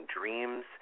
dreams